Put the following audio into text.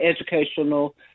educational